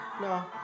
No